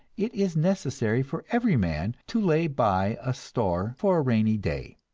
it is necessary for every man to lay by a store for a rainy day.